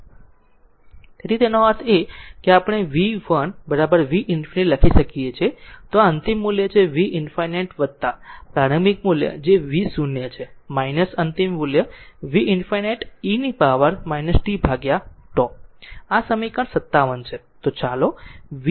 તેથી તેનો અર્થ એ કે આપણે vt v ∞ લખી શકીએ છીએ આ અંતિમ મૂલ્ય છે v ∞ પ્રારંભિક મૂલ્ય જે v 0 છે અંતિમ મૂલ્ય v ∞ into e power tτ માં આ સમીકરણ 57 છે